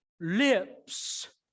lips